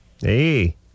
hey